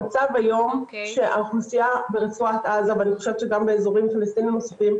כן ירבו, ונשמח גם לקבל יותר פניות מתושבים.